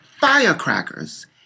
firecrackers